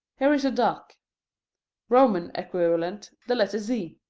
here is a duck roman equivalent, the letter z.